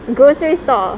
grocery store